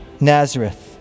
Nazareth